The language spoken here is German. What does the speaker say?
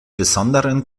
besonderen